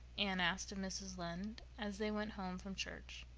anne asked of mrs. lynde, as they went home from church.